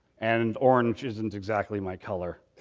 and orange isn't exactly my color.